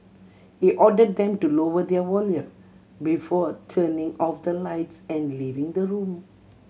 he ordered them to lower their volume before turning off the lights and leaving the room